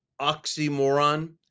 oxymoron